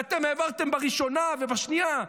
ואתם העברתם בראשונה ובשנייה,